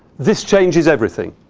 this changes everything.